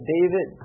David